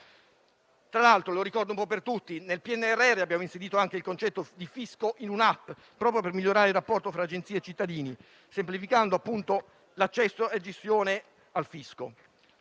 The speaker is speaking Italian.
Tra l'altro - lo ricordo un po' per tutti - nel PNRR abbiamo inserito anche il concetto di fisco in un'*app* proprio per migliorare il rapporto fra Agenzia delle entrate e cittadini, semplificando l'accesso al fisco